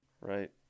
Right